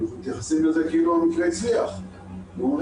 מתייחסים לזה כאילו המקרה הצליח ואומרים: